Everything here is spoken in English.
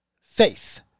faith